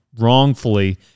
wrongfully